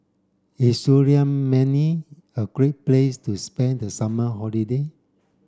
is a great place to spend the summer holiday